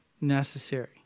necessary